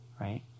right